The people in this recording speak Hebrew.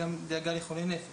גם דאגה לחולי נפש.